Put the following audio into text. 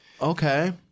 okay